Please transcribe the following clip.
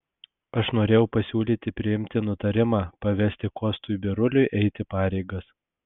aš norėjau pasiūlyti priimti nutarimą pavesti kostui biruliui eiti pareigas